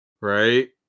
Right